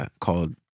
called